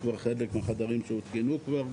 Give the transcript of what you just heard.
יש כבר חלק מהחדרים שהותקנו כבר,